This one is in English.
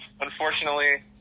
unfortunately